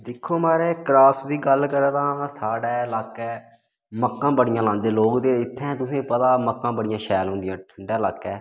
दिक्खो महाराज क्राप्स दी गल्ल करां ते साढ़ै लाकै मक्कां बड़ियां लांदे लोक ते इत्थें तुसें गी पता मक्कां बड़ियां शैल होंदियां न ठंडै लाकै